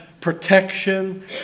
protection